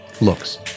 looks